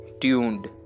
tuned